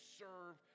serve